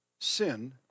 sin